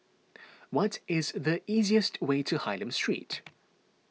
what is the easiest way to Hylam Street